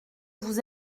vous